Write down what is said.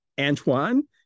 Antoine